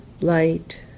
light